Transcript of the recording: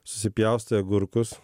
susipjaustai agurkus